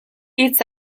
hitz